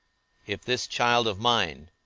if this child of mine,